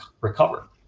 recover